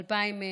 2,000,